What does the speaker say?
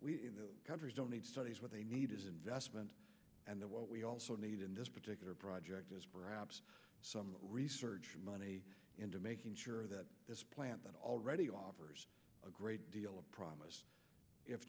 countries don't need studies what they need is investment and what we also need in this particular project is perhaps some research money into making sure that this plant that already offers a great deal of promise if